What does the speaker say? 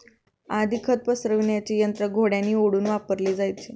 आधी खत पसरविण्याचे यंत्र घोड्यांनी ओढून वापरले जायचे